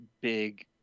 big